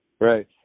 Right